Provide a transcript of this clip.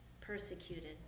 persecuted